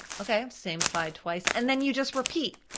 okay, same slide twice. and then you just repeat,